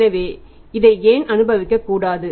எனவே இதை ஏன் அனுபவிக்கக்கூடாது